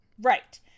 Right